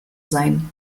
sein